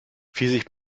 pfirsich